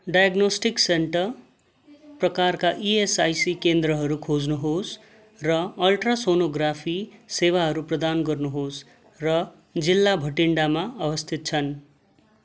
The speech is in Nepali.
डायग्नोस्टिक सेन्टर प्रकारका इएसआइसी केन्द्रहरू खोज्नुहोस् र अल्ट्रासोनोग्राफी सेवाहरू प्रदान गर्नुहोस् र जिल्ला भटिन्डामा अवस्थित छन्